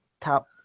top